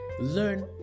learn